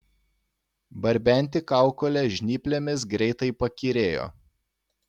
barbenti kaukolę žnyplėmis greitai pakyrėjo